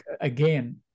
again